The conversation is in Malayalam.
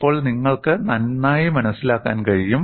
അപ്പോൾ നിങ്ങൾക്ക് നന്നായി മനസ്സിലാക്കാൻ കഴിയും